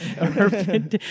Urban